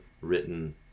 written